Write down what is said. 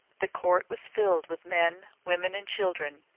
the court was filled with men, women, and children,